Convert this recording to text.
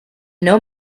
know